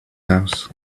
house